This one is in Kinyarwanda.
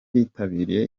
bitabiriye